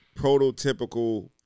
prototypical